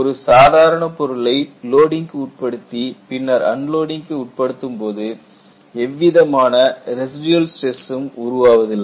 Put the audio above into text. ஒரு சாதாரண பொருளை லோடிங்க்கு உட்படுத்தி பின்னர் அன்லோடிங்க்கு உட்படுத்தும்போது எவ்விதமான ரெசிடியல் ஸ்டிரஸ் சும் உருவாவதில்லை